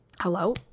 Hello